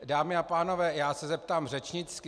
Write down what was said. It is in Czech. Dámy a pánové, já se zeptám řečnicky.